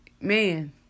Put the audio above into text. man